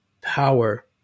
power